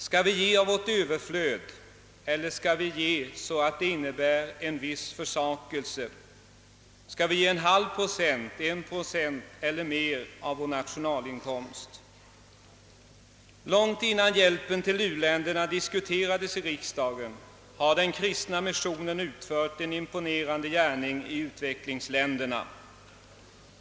Skall vi ge av vårt överflöd eller skall vi ge så att det innebär en viss försakelse? Skall vi ge !/2 procent, 1 procent eller mer av vår nationalinkomst? Långt innan hjälpen till u-länderna diskuterades i riksdagen har den kristna missionen utfört en imponerande gärning i utvecklingsländerna.